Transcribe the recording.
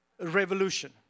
revolution